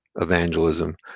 evangelism